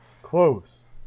Close